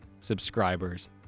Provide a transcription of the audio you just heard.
subscribers